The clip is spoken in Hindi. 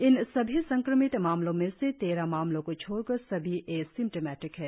इन सभी संक्रमित मामलो में से तेरह मामलो को छोड़कर सभी असिम्टोमेटिक है